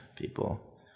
people